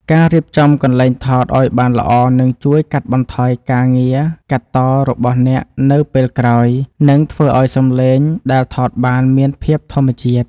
ការរៀបចំកន្លែងថតឱ្យបានល្អនឹងជួយកាត់បន្ថយការងារកាត់តរបស់អ្នកនៅពេលក្រោយ និងធ្វើឱ្យសំឡេងដែលថតបានមានភាពធម្មជាតិ។